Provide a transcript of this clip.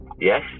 Yes